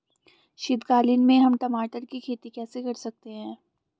शीतकालीन में हम टमाटर की खेती कैसे कर सकते हैं?